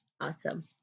Awesome